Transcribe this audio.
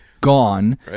gone